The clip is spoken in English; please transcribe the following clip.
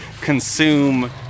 consume